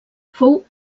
fou